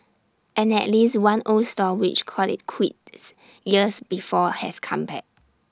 and at least one old stall which called IT quits years before has come back